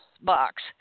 box